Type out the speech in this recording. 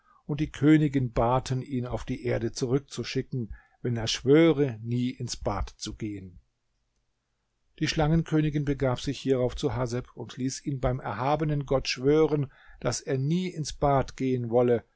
und die königin baten ihn auf die erde zurückzuschicken wenn er schwöre nie ins bad zu gehen die schlangenkönigin begab sich hierauf zu haseb und ließ ihn beim erhabenen gott schwören daß er nie ins bad gehen wolle